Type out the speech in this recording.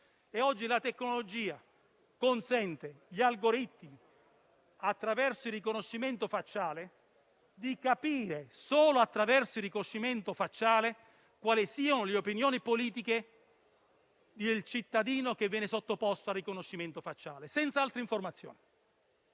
oggi la tecnologia consente agli algoritmi - attraverso il riconoscimento facciale e solo attraverso quello - di capire quali siano le opinioni politiche del cittadino che viene sottoposto al riconoscimento facciale, senza altre informazioni.